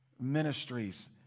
ministries